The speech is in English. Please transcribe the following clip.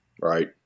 Right